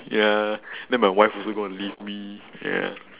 ya then my wife also going to leave me ya